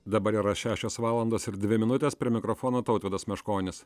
dabar yra šešios valandos ir dvi minutės prie mikrofono tautvydas meškonis